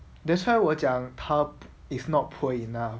that's why 我讲他 is not poor enough